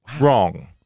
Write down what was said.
wrong